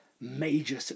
major